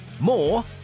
More